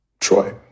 Troy